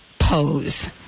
pose